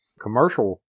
commercial